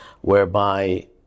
whereby